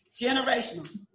Generational